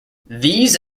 these